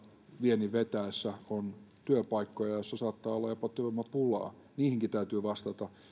viennin vetäessä on työpaikkoja joissa saattaa olla jopa työvoimapulaa niihinkin täytyy vastata